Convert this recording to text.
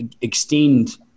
extend